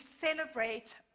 celebrate